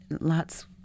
lots